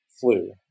flu